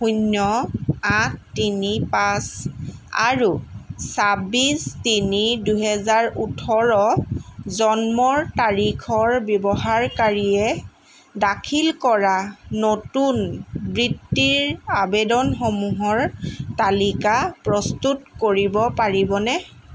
শূন্য় আঠ তিনি পাঁচ আৰু ছাব্বিছ তিনি দুহেজাৰ ওঠৰ জন্মৰ তাৰিখৰ ব্যৱহাৰকাৰীয়ে দাখিল কৰা নতুন বৃত্তিৰ আবেদনসমূহৰ তালিকা প্ৰস্তুত কৰিব পাৰিবনে